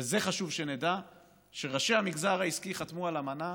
וחשוב שנדע שראשי המגזר העסקי חתמו על אמנה,